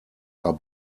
are